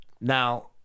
Now